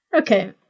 Okay